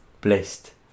blessed